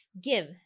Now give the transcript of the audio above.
give